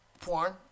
porn